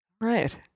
right